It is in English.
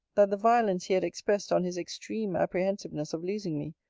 that the violence he had expressed on his extreme apprehensiveness of losing me,